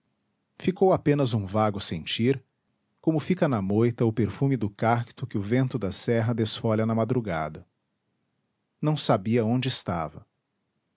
ficou apenas um vago sentir como fica na moita o perfume do cacto que o vento da serra desfolha na madrugada não sabia onde estava